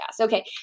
Okay